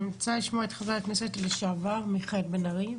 אני רוצה לשמוע את חבר הכנסת לשעבר מיכאל בן ארי.